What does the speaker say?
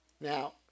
Now